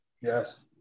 Yes